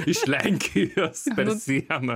iš lenkijos per sieną